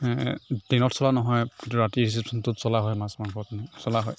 দিনত চলা নহয় কিন্তু ৰাতি ৰিচিপশ্যনটোত চলা হয় মাছ মাংসখিনি চলা হয়